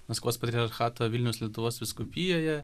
maskvos patriarchato vilniaus lietuvos vyskupijoje